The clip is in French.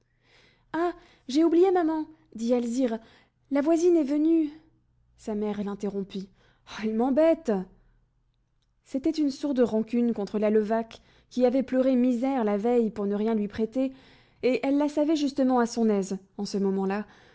ah j'ai oublié maman dit alzire la voisine est venue sa mère l'interrompit elle m'embête c'était une sourde rancune contre la levaque qui avait pleuré misère la veille pour ne rien lui prêter et elle la savait justement à son aise en ce moment-là